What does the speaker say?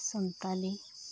Santali